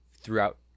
throughout